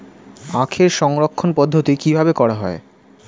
আখের সংরক্ষণ পদ্ধতি কিভাবে করা হয়?